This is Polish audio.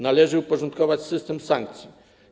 Należy uporządkować system sankcji.